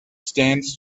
stands